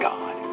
God